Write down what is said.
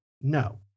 No